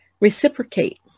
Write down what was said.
Reciprocate